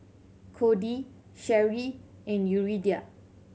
Kody Sherri and Yuridia